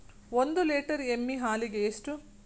ಒಂದು ಲೇಟರ್ ಎಮ್ಮಿ ಹಾಲಿಗೆ ಎಷ್ಟು?